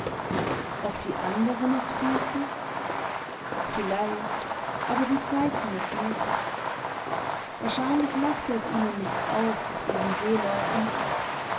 ob die anderen es fühlten vielleicht aber sie zeigten es nicht wahrscheinlich machte es ihnen nichts aus diesen seeleuten